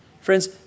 Friends